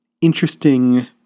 Interesting